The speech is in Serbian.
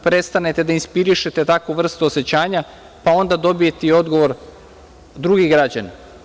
Prestanete da inspirišete takvu vrstu osećanja, pa onda dobijete i odgovor drugih građana.